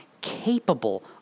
capable